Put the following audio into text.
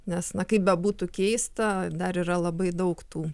nes na kaip bebūtų keista dar yra labai daug tų